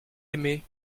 aimé